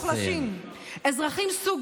ומוחלשים, אזרחים סוג